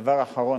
דבר אחרון,